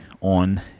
on